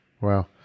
Wow